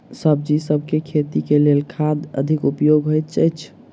सब्जीसभ केँ खेती केँ लेल केँ खाद अधिक उपयोगी हएत अछि?